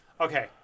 Okay